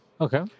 Okay